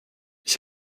ich